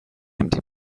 empty